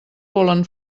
volen